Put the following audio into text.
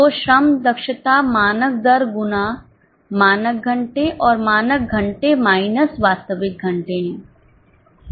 तो श्रम दक्षता मानक दर गुना मानक घंटे और मानक घंटे माइनस वास्तविक घंटे हैं